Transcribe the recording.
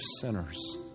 sinners